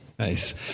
Nice